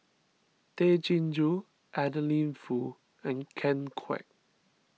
Tay Chin Joo Adeline Foo and Ken Kwek